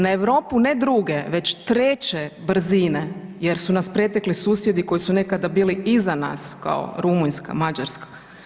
Na Europu, ne druge, već treće brzine jer su nas pretekli susjedi koji su nekada bili iza nas kao Rumunjska, Mađarska.